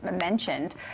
mentioned